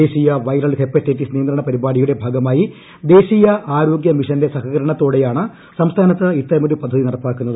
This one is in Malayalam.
ദേശീയ വൈറൽ ഹെപ്പറ്റൈറ്റിസ് നിയന്ത്രണ പരിപാടിയുടെ ഭാഗമായി ദേശീയ ആരോഗ്യ മിഷന്റെ സഹകരണത്തോടെയാണ് സംസ്ഥാനത്ത് ഇത്തരമൊരു പദ്ധതി നടപ്പാക്കുന്നത്